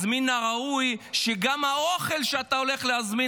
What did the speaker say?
אז מן הראוי שגם האוכל שאתה הולך להזמין